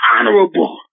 Honorable